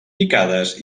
picades